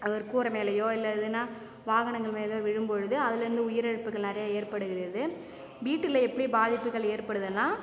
அது ஒரு கூர மேலயோ இல்லை எதுன்னா வாகனங்கள் மேலயோ விழும்போழுது அதுலேருந்து உயிர் இழப்புகள் நிறைய ஏற்படுகிறது வீட்டில் எப்படி பாதிப்புகள் ஏற்படுதுன்னா